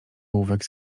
ołówek